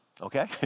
okay